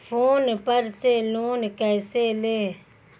Phone पर से loan कैसे लें?